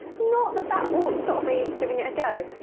not that that will stop me giving it a go.